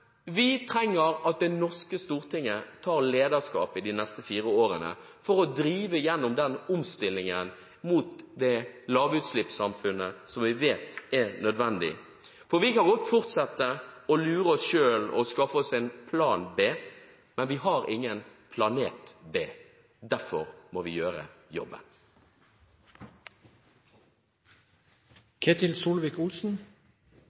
Vi trenger at Det norske storting tar lederskap de neste fire årene for å drive gjennom omstillingen mot det lavutslippssamfunnet som vi vet er nødvendig. Vi kan godt fortsette med å lure oss selv og skaffe oss en plan B. Men vi har ingen planet B. Derfor må vi gjøre